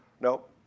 Nope